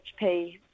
HP